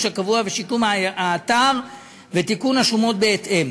הקבוע ושיקום האתר ותיקון השומות בהתאם